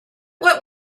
what